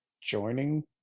joining